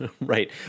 Right